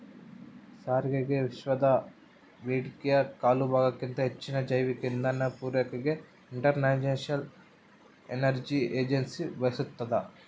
ಸಾರಿಗೆಗೆವಿಶ್ವದ ಬೇಡಿಕೆಯ ಕಾಲುಭಾಗಕ್ಕಿಂತ ಹೆಚ್ಚಿನ ಜೈವಿಕ ಇಂಧನ ಪೂರೈಕೆಗೆ ಇಂಟರ್ನ್ಯಾಷನಲ್ ಎನರ್ಜಿ ಏಜೆನ್ಸಿ ಬಯಸ್ತಾದ